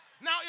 Now